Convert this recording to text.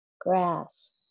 grass